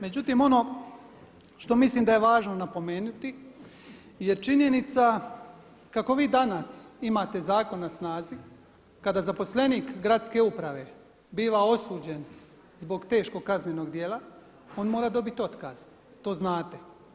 Međutim ono što je važno napomenuti je činjenica kako vi danas imate zakon na snazi kada zaposlenik gradske uprave biva osuđen zbog teškog kaznenog djela, on mora dobiti otkaz, to znate.